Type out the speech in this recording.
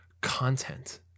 content